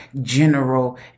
general